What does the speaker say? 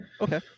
Okay